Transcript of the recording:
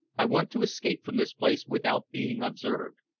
i want to escape from this place without being observed.